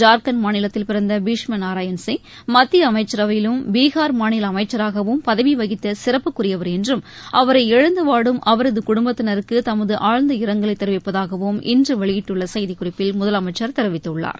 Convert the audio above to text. ஜார்கண்ட் மாநிலத்தில் பிறந்த பீஷ்ம நாராயண் சிங் மத்திய அமைச்சரவையிலும் பீகார் மாநில அமைச்சராகவும் பதவி வகித்த சிறப்புக்குரியவர் என்றும் அவரை இழந்து வாடும் அவரது குடும்பத்தினருக்கு தமது ஆழ்ந்த இரங்கலை தெரிவிப்பதாகவும் இன்று வெளியிட்டுள்ள செய்திக்குறிப்பில் முதலமைச்சர் தெரிவித்துள்ளார்